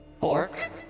pork